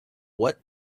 what